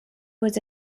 was